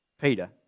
Peter